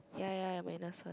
yea yea I'm innocent